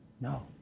No